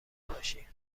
باشی